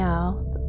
out